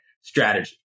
strategy